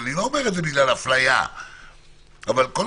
אני לא אומר את זה בגלל אפליה,